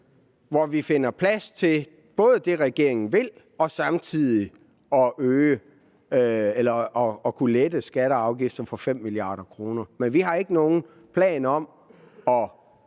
hvor vi finder plads til både det, regeringen vil, og til samtidig at kunne lette skatter og afgifter for 5 mia. kr. Men vi har ikke nogen planer om at